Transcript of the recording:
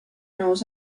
nuevos